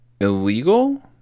illegal